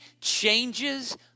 changes